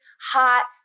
hot